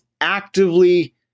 actively